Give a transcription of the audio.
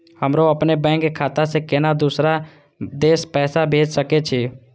हमरो अपने बैंक खाता से केना दुसरा देश पैसा भेज सके छी?